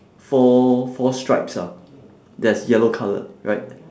four four stripes ah that's yellow coloured right